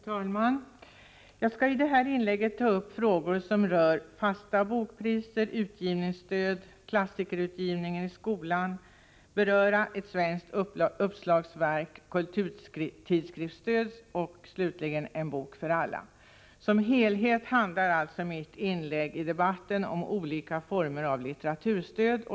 Herr talman! Jag skall i detta inlägg ta upp frågor som rör fasta bokpriser, utgivningsstöd, klassikerutgivningen i skolan, ett svenskt uppslagsverk, kulturtidskriftsstöd och slutligen En bok för alla. Som helhet handlar mitt inlägg i debatten alltså om olika former av litteraturstöd.